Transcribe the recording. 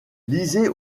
lisez